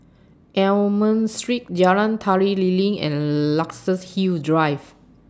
Almond Street Jalan Tari Lilin and Luxus Hill Drive